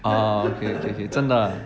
ah okay okay 真的